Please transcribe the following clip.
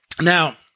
Now